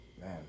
man